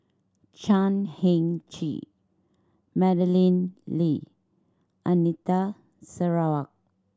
Chan Heng Chee Madeleine Lee Anita Sarawak